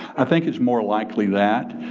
i think it's more likely that.